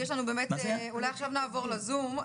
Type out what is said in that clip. אולי עכשיו נעבור ל-זום.